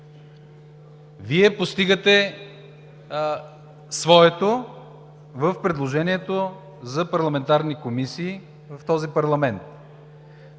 Вие постигате своето в предложението за парламентарни комисии в този парламент.